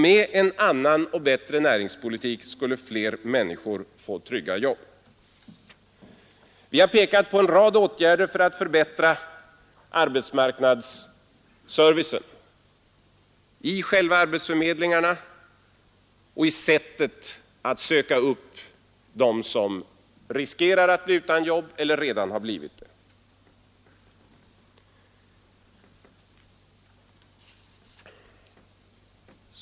Med en annan och bättre näringspolitik skulle fler människor få trygga jobb. Vi har pekat på en rad åtgärder för att förbättra arbetsmarknadsservicen i själva arbetsförmedlingarna och i sättet att söka upp dem som riskerar att bli utan jobb eller redan har blivit det.